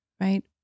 right